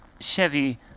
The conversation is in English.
Chevy